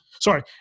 Sorry